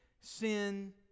sin